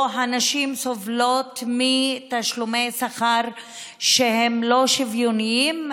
הנשים סובלות מתשלומי שכר שאינם שוויוניים.